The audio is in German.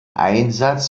einsatz